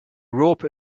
rope